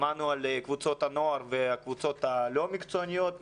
שמענו על קבוצות הנוער והקבוצות הלא מקצועניות,